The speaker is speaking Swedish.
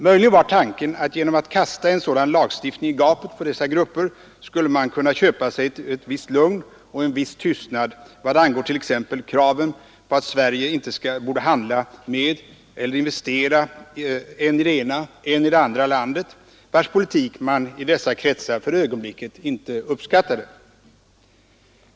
Möjligen var tanken att genom att kasta en sådan lagstiftning i gapet på dessa grupper skulle man kunna köpa sig ett visst lugn och viss tystnad vad angår t.ex. kraven på att Sverige inte borde handla med eller investera än i det ena än i det andra landet, vars politik man i dessa kretsar för ögonblicket inte uppskattade.